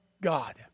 God